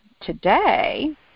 today